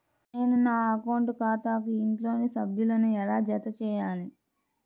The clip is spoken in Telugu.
నేను నా అకౌంట్ ఖాతాకు ఇంట్లోని సభ్యులను ఎలా జతచేయాలి?